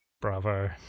Bravo